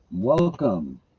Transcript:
Welcome